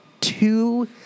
two